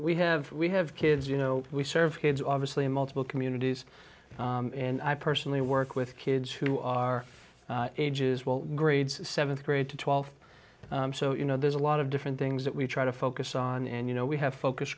we have we have kids you know we serve kids obviously in multiple communities and i personally work with kids who are ages well grades th grade to th so you know there's a lot of different things that we try to focus on and you know we have focus